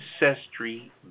ancestry